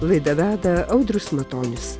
laidą veda audrius matonis